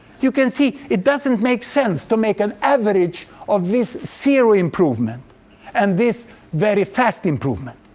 you can see it doesn't make sense to make an average of this zero improvement and this very fast improvement.